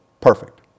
perfect